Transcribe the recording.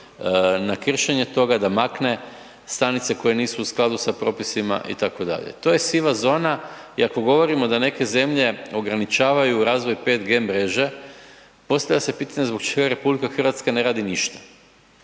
na kršenje toga da makne stanice koje nisu u skladu sa propisima itd. To je siva zona i ako govorimo da neke zemlje ograničavaju razvoj 5G mreže postavlja se pitanje zbog čega RH ne radi ništa?